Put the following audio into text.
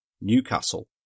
Newcastle